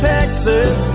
Texas